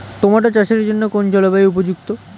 Tomato চাষের জন্য কোন জলবায়ু উপযুক্ত?